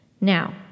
Now